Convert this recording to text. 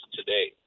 today